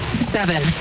seven